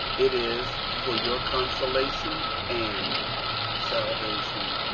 it is for your consolation and salvation.